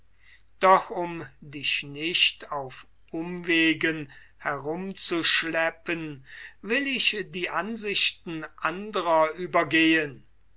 doch um dich nicht auf umwegen herumzuschleppen will ich die ansichten andrer übergehen